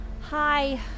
Hi